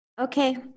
Okay